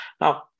Now